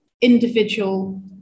individual